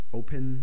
open